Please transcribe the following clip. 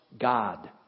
God